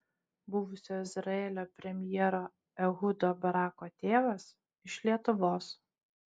buvusio izraelio premjero ehudo barako tėvas iš lietuvos